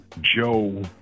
Joe